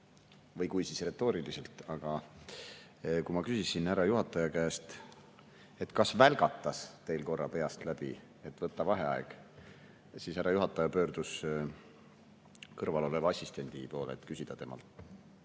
või kui, siis retooriliselt. Aga kui ma küsisin härra juhataja käest, et kas välgatas tal korra peast läbi, et võtta vaheaeg, siis härra juhataja pöördus kõrvaloleva assistendi poole, et küsida temalt,